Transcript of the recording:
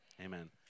Amen